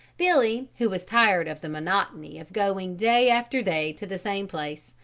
billy, who was tired of the monotony of going day after day to the same place,